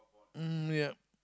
mmhmm yup